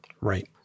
Right